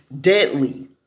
deadly